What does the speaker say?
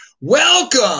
Welcome